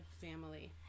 Family